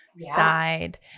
side